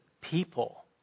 people